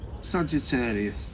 Sagittarius